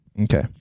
Okay